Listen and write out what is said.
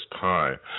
time